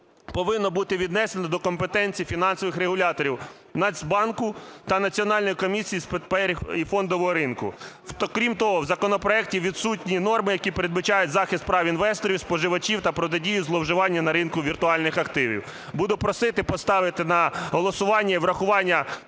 повинно буде віднесено до компетенції фінансових регуляторів – Нацбанку та Національної комісії з паперів і фондового ринку. Крім того, в законопроекті відсутні норми, які передбачають захист прав інвесторів, споживачів та протидію зловживанню на ринку віртуальних активів. Буду просити поставити на голосування і врахування